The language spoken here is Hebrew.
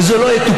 וזה לא יתוקן,